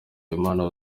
habimana